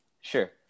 Sure